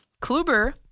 Kluber